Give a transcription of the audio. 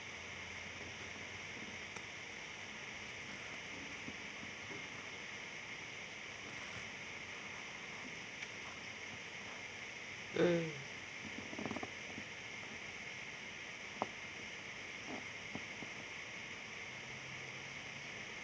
mm